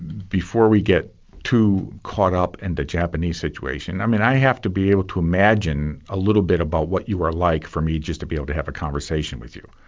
before we get too caught up in the japanese situation, i mean i have to be able to imagine a little bit about what you are like for me just to be able to have a conversation with you.